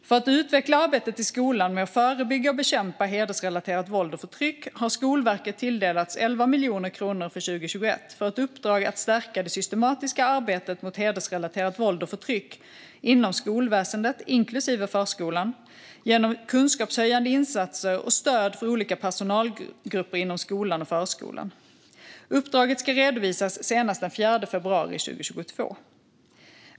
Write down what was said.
För att utveckla arbetet i skolan med att förebygga och bekämpa hedersrelaterat våld och förtryck har Skolverket tilldelats 11 miljoner kronor för 2021 till ett uppdrag att stärka det systematiska arbetet mot hedersrelaterat våld och förtryck inom skolväsendet, inklusive förskolan, genom kunskapshöjande insatser och stöd till olika personalgrupper inom skolan och förskolan. Uppdraget ska redovisas senast den 4 februari 2022.